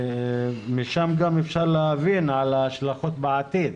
ומשם גם אפשר להבין על ההשלכות בעתיד.